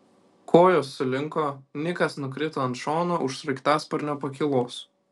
kojos sulinko nikas nukrito ant šono už sraigtasparnio pakylos